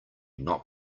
not